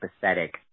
pathetic